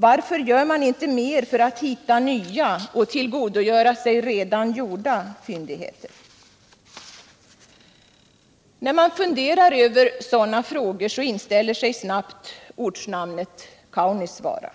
Varför gör man inte mer för att hitta nya och tillgodogöra sig redan gjorda fyndigheter? När man funderar över en sådan fråga inställer sig snabbt ortsnamnet Kaunisvaara.